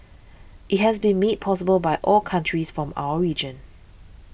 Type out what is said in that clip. it has been made possible by all countries from our region